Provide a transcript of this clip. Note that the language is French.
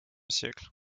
siècle